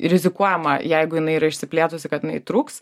rizikuojama jeigu jinai yra išsiplėtusi kad jinai trūks